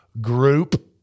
group